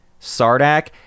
Sardak